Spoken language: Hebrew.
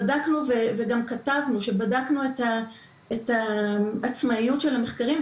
בדקנו וכתבנו שבדקנו את העצמאיות של המחקרים,